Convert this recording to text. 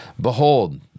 Behold